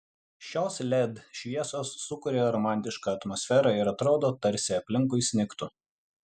šios led šviesos sukuria romantišką atmosferą ir atrodo tarsi aplinkui snigtų